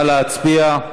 נא להצביע.